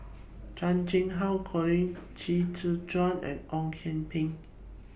Chan Chang How Colin Qi Zhe Quan and Ong Kian Peng